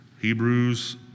Hebrews